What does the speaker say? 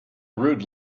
rude